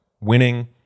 winning